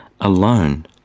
alone